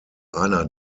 einer